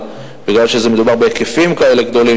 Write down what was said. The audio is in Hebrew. אבל מכיוון שמדובר בהיקפים כאלה גדולים,